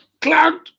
cloud